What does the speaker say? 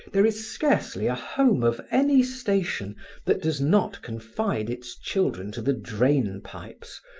there is scarcely a home of any station that does not confide its children to the drain pipes,